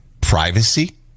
Privacy